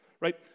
Right